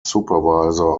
supervisor